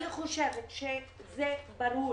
אני חושבת שזה ברור.